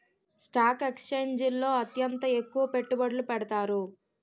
stock ఎక్స్చేంజిల్లో అత్యంత ఎక్కువ పెట్టుబడులు పెడతారు